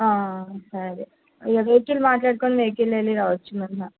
సరే ఈ వెహికిల్ మాట్లాడుకుని వెహికల్లో వెళ్ళి రావచ్చు మళ్ళీ